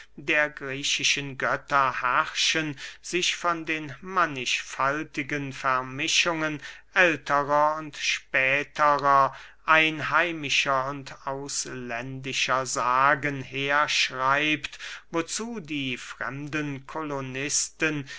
der griechischen götter herrschen sich von den mannigfaltigen vermischungen älterer und späterer einheimischer und ausländischer sagen herschreibt wozu die fremden kolonisten